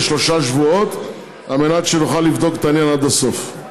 לדחות בשלושה שבועות על מנת שנוכל לבדוק את העניין עד הסוף.